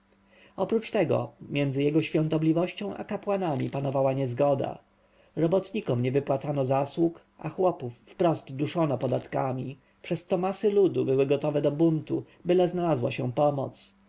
oprócz tego między jego świątobliwością i kapłanami panowała niezgoda robotnikom nie wypłacano zasług a chłopów wprost duszono podatkami przez co masy ludu były gotowe do buntu byle znalazła się pomoc